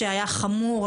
שהיה חמור,